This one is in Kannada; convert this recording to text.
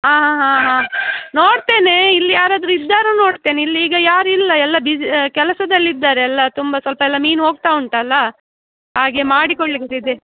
ಆಂ ಹಾಂ ಹಾಂ ನೋಡ್ತೇನೆ ಇಲ್ಲಿ ಯಾರಾದರು ಇದ್ದಾರ ನೋಡ್ತೇನೆ ಇಲ್ಲಿ ಈಗ ಯಾರೂ ಇಲ್ಲ ಎಲ್ಲ ಬಿಸ್ ಕೆಲಸದಲ್ಲಿದ್ದಾರೆ ಎಲ್ಲ ತುಂಬ ಸ್ವಲ್ಪ ಎಲ್ಲ ಮೀನು ಹೋಗ್ತಾ ಉಂಟಲ್ಲ ಹಾಗೆ ಮಾಡಿಕೊಳ್ಳಿ